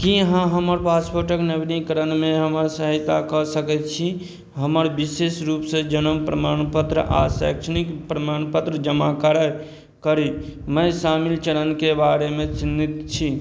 की अहाँ हमर पासपोर्टक नवीनीकरणमे हमर सहायता कऽ सकैत छी हमर बिशेष रूप सऽ जन्म प्रमाणपत्र आ शैक्षणिक प्रमाणपत्र जमा करयमे शामिल चरणके बारेमे चिन्तित छी